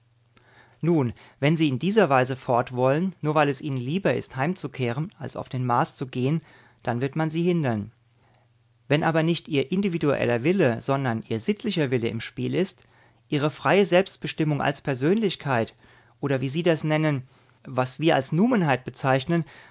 nun wenn sie in dieser weise fort wollen nur weil es ihnen lieber ist heimzukehren als auf den mars zu gehen dann wird man sie hindern wenn aber nicht ihr individueller wille sondern ihr sittlicher wille im spiel ist ihre freie selbstbestimmung als persönlichkeit oder wie sie das nennen was wir als numenheit bezeichnen